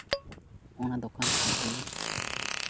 ᱚᱱᱟ ᱫᱚᱠᱟᱱ ᱠᱷᱚᱡ ᱜᱮ